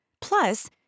Plus